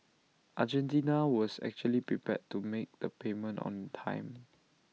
Argentina was actually prepared to make the payment on time